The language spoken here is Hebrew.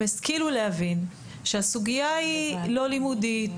הם השכילו להבין שהסוגייה היא לא לימודית